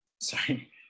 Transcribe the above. Sorry